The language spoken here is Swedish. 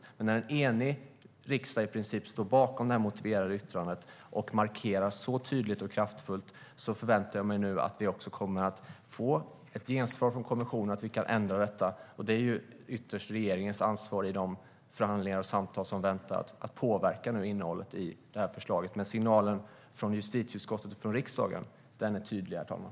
När en i princip enig riksdag står bakom det motiverade yttrandet och markerar så tydligt och kraftfullt förväntar jag mig nu att vi kommer att få ett gensvar från kommissionen och att vi kan ändra detta. Det är ytterst regeringens ansvar i de förhandlingar och samtal som väntar att påverka innehållet i förslaget. Men signalen från justitieutskottet och riksdagen är tydlig, herr talman.